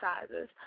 sizes